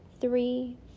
three